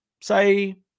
say